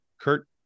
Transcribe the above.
Kurt